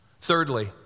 Thirdly